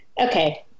Okay